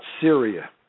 Syria